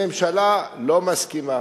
הממשלה לא מסכימה,